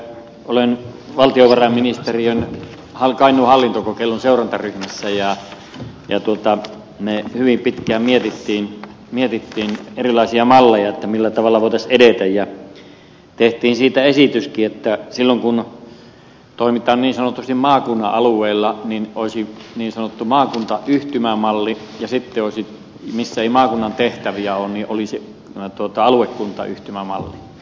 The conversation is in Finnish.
olen valtiovarainministeriön kainuun hallintokokeilun seurantaryhmässä ja me hyvin pitkään mietimme erilaisia malleja millä tavalla voitaisiin edetä ja teimme siitä esityksenkin että silloin kun toimitaan niin sanotusti maakunnan alueella olisi niin sanottu maakuntayhtymämalli ja sitten missä ei maakunnan tehtäviä ole olisi aluekuntayhtymämalli